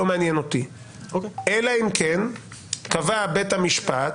לא מעניין אותי אלא אם כן קבע בית המשפט,